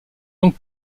donc